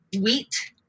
wheat